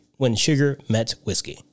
WhenSugarMetWhiskey